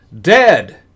dead